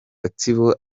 gatsibo